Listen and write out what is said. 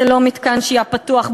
זה לא מתקן שהייה פתוח,